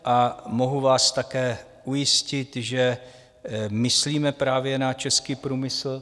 A mohu vás také ujistit, že myslíme právě na český průmysl.